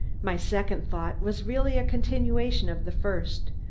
my second thought was really a continuation of the first,